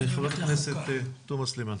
ח"כ עאידה תומא סלימאן.